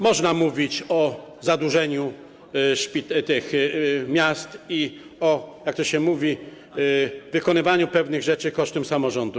Można mówić o zadłużeniu miast i o - jak to się mówi - wykonywaniu pewnych rzeczy kosztem samorządów.